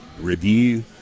review